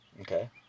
Okay